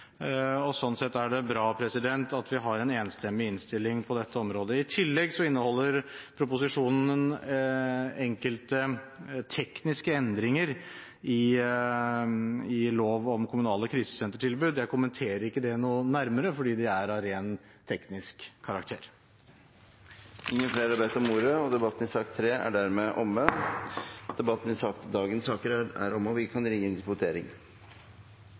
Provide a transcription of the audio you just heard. sett er det bra at vi har en enstemmig innstilling på dette området. I tillegg inneholder proposisjonen enkelte tekniske endringer i lov om kommunale krisesentertilbod. Jeg kommenterer ikke det nærmere, det er av ren teknisk karakter. Flere har ikke bedt om ordet til sak nr. 3. Presidenten vil foreslå at barne- og likestillingsministerens redegjørelse om status i arbeidet med å fremme likestilling og mangfold i